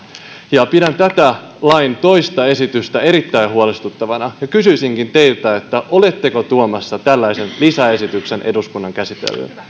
pidän tätä lain toista esitystä erittäin huolestuttavana kysyisinkin teiltä oletteko tuomassa tällaisen lisäesityksen eduskunnan käsittelyyn